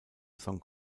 song